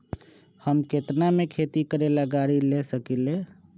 हम केतना में खेती करेला गाड़ी ले सकींले?